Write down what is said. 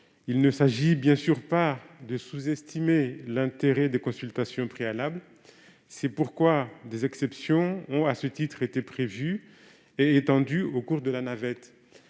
Il ne s'agit pas de sous-estimer l'intérêt des consultations préalables. C'est pourquoi des exceptions ont été prévues et étendues au cours de la navette.